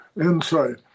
insight